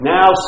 Now